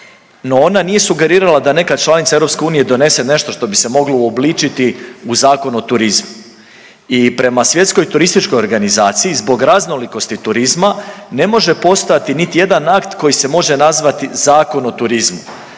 no ona nije sugerirala da neka članica EU donese nešto što bi se moglo uobličiti u Zakon o turizmu. I prema Svjetskoj turističkoj organizaciji zbog raznolikosti turizma ne može postojati niti jedan akt koji se može nazvati Zakon o turizmu